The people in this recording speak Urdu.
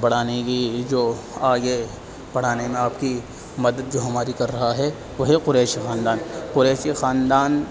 بڑھانے کی جو آگے پڑھانے میں آپ کی مدد جو ہماری کر رہا ہے وہ ہے قریشی خاندان قریشی خاندان